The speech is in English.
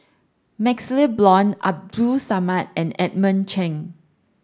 MaxLe Blond Abdul Samad and Edmund Cheng